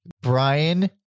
brian